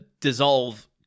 dissolve